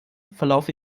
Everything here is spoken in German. verlaufe